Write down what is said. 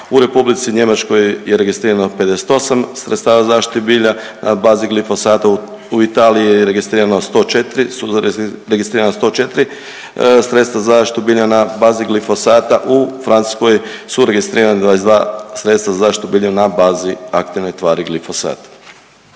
u R. Njemačkoj je registrirano 56 sredstava za zaštitu bilja na bazi glifosata, u Italiji je registrirano 104, su registrirana 104 sredstva za zaštitu bilja na bazi glifosata, u Francuskoj su registrirana 22 sredstva za zaštitu bilja na bazi aktivne tvari glifosat.